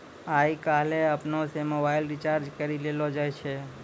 आय काइल अपनै से मोबाइल रिचार्ज करी लेलो जाय छै